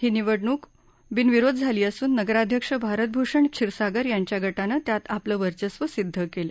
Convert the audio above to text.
ही निवडणूक बिनविरोध झाली असून नगराध्यक्ष भारतभूषण क्षीरसागर यांच्या गटानं त्यात आपलं वर्चस्व सिद्ध केलं